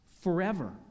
forever